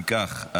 אם כך,